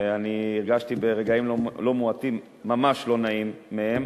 ואני הרגשתי, ברגעים לא מועטים, ממש לא נעים מהם,